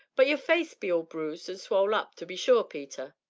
but your face be all bruised an' swole up, to be sure, peter.